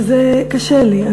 וזה קשה לי.